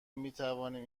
میتوانیم